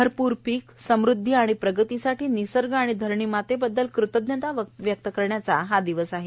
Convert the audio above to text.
भरपूर पीक समृद्धी आणि प्रगतीसाठी निसर्ग आणि धरणीमातेबद्दल कृतज्ञता व्यक्त करण्याचा हा दिवस आहे